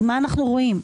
אז מה אנחנו רואים?